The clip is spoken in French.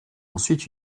ensuite